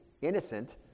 innocent